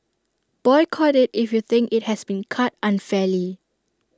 boycott IT if you think IT has been cut unfairly